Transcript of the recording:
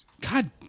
God